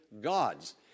gods